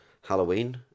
Halloween